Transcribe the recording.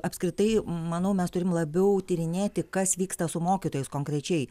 apskritai manau mes turim labiau tyrinėti kas vyksta su mokytojais konkrečiai